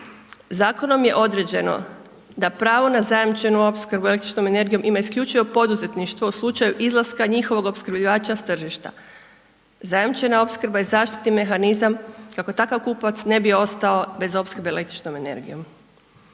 Zakonom je određeno da pravo na zajamčenu opskrbu električnom energijom ima isključivo poduzetništvo u slučaju izlaska njihovog opskrbljivača sa tržišta. Zajamčena opskrba je zaštitni mehanizam kako takav kupac ne bi ostao bez opskrbe električnom energijom.